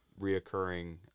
reoccurring